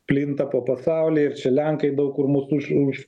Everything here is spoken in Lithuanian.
plinta po pasaulį ir čia lenkai daug kur mus už už